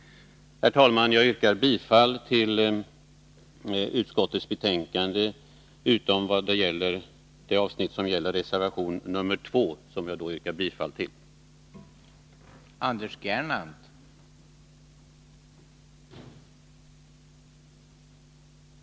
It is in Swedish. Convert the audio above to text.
Herr talman! Jag yrkar bifall till utskottets hemställan i betänkandet utom vad gäller mom: 3, där jag yrkar bifall till reservation 2.